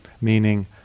Meaning